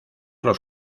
los